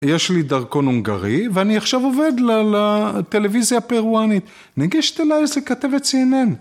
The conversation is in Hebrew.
יש לי דרכון הונגרי, ואני עכשיו עובד על הטלוויזיה הפירואנית, נגשת אליי איזה כתבת CNN